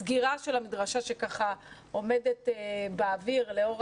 הסגירה של המדרשה שככה עומדת באוויר לאור